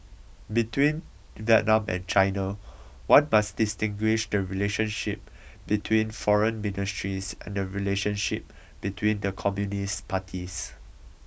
between Vietnam and China one must distinguish the relationship between foreign ministries and the relationship between the communist parties